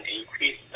increase